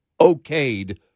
okayed